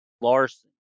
Larson